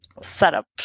setup